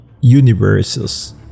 universes